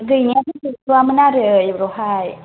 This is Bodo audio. गैनायथ' गैथ'यामोन आरो एबारावहाय